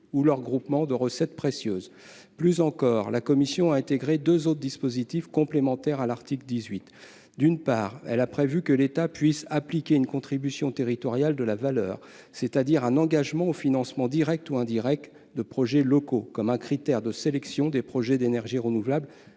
ou leurs groupements de recettes précieuses. Plus encore, la commission a intégré deux autres mesures complémentaires à l'article 18. D'une part, elle a prévu que l'État pourra appliquer une contribution territoriale de la valeur, c'est-à-dire un engagement au financement direct ou indirect de projets locaux, comme un critère de sélection des projets d'énergies renouvelables